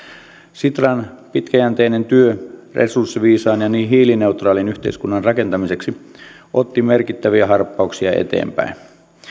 sitran pitkäjänteinen työ resurssiviisaan ja hiilineutraalin yhteiskunnan rakentamiseksi otti merkittäviä harppauksia eteenpäin